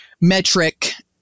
metric